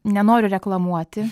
nenoriu reklamuoti